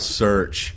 search